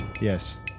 Yes